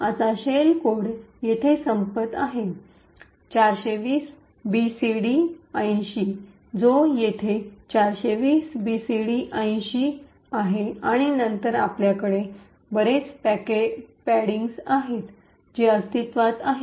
आता shell code येथे संपत आहे ४२०बीसीडी८० जो येथे ४२०बीसीडी८० आहे आणि नंतर आपल्याकडे बरेच पॅडिंग्ज आहेत जे अस्तित्त्वात आहेत